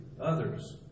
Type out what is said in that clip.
others